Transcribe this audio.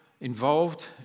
involved